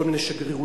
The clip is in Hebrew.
כל מיני שגרירויות,